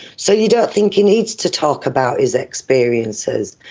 so you don't think he needs to talk about his experiences?